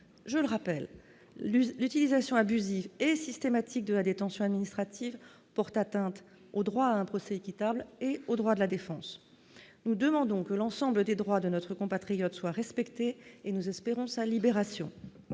je le rappelle, lui, l'utilisation abusive et systématique de la détention administrative porte atteinte au droit à un procès équitable et aux droits de la défense, nous demandons que l'ensemble des droits de notre compatriote soit respectée et nous espérons sa libération,